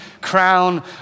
crown